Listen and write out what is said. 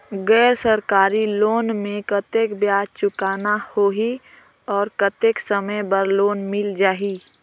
गैर सरकारी लोन मे कतेक ब्याज चुकाना होही और कतेक समय बर लोन मिल जाहि?